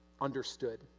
understood